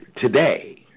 today